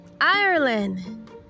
Ireland